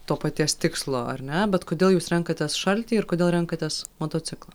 to paties tikslo ar ne bet kodėl jūs renkatės šaltį ir kodėl renkatės motociklą